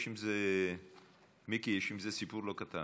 יש עם זה, מיקי, יש עם זה סיפור לא קטן.